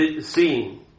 seeing